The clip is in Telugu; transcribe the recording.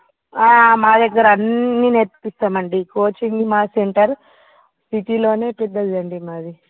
మా దగ్గర అన్నీ నేర్పిస్తాం అండి కోచింగ్ మా సెంటర్ సిటీలోనే పెద్దదండి మాది